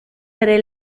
bere